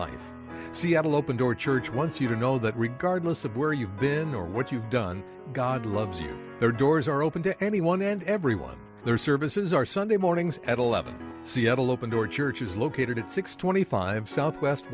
life seattle open door church once you know that regardless of where you've been or what you've done god loves you there are doors are open to anyone and everyone their services are sunday mornings at eleven seattle open door church is located at six twenty five south west